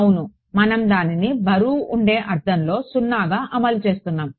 అవును మనం దానిని బరువుగా ఉండే అర్థంలో 0గా అమలు చేస్తున్నాము